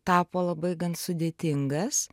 tapo labai gan sudėtingas